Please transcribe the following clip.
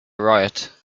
riot